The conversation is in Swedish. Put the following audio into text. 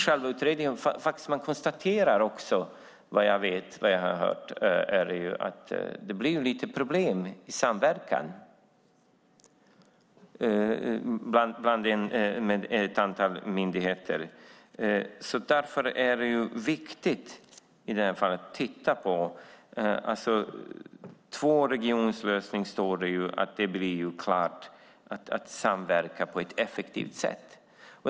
Man konstaterar också i själva utredningen, vad jag har hört, att det blir lite problem i samverkan med ett antal myndigheter. Därför är det i det här fallet viktigt att titta på om en tvåregionslösning, som det står, innebär att man samverkar på ett effektivt sätt.